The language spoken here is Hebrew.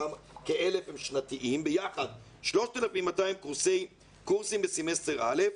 כ-1,000 הם שנתיים; ביחד 3,200 קורסים בסמסטר א',